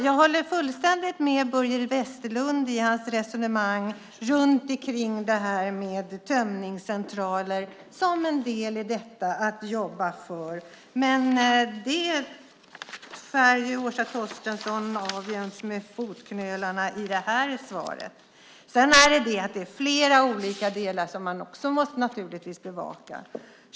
Jag håller fullständigt med Börje Vestlund i hans resonemang om att jobba för tömningscentraler som en del i detta. Men det sågar Åsa Torstensson av jäms med fotknölarna i det här svaret. Det finns naturligtvis flera olika delar som man måste bevaka.